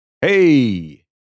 hey